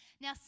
Now